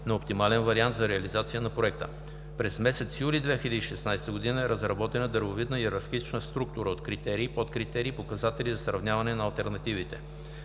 на оптимален вариант за реализация на Проекта; - през месец юли 2016 г. е разработена „Дървовидна йерархична структура от критерии, подкритерии и показатели за сравняване на алтернативите“;